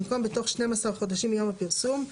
במקום "בתוך 12 חודשים מיום הפרסום"